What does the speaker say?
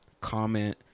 comment